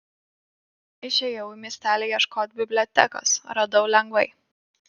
išėjau į miestelį ieškot bibliotekos radau lengvai